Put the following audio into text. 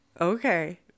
okay